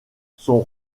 son